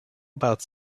about